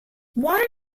water